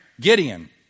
Gideon